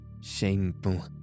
shameful